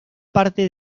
parte